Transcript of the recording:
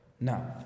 Now